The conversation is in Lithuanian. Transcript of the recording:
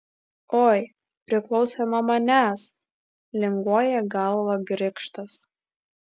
oi priklausė nuo manęs linguoja galvą grikštas